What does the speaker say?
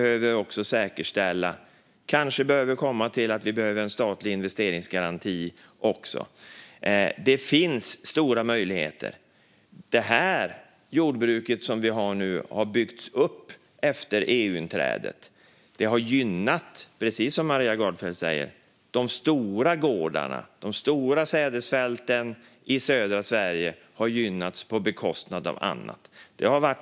Kanske behöver vi också en statlig investeringsgaranti. Det finns stora möjligheter. Det jordbruk som vi har nu har byggts upp efter EU-inträdet och har, precis som Maria Gardfjell säger, gynnat de stora gårdarna. De stora sädesfälten i södra Sverige har gynnats på bekostnad av annat.